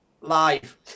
live